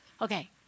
okay